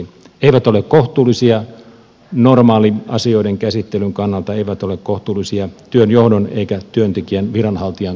ne eivät ole kohtuullisia normaalin asioiden käsittelyn kannalta eivät ole kohtuullisia työnjohdon eivätkä työntekijän viranhaltijan kannalta